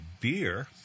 beer